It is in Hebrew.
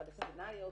פלשתינאיות,